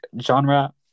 genre